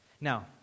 Now